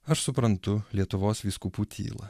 aš suprantu lietuvos vyskupų tylą